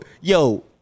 yo